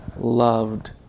loved